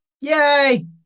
Yay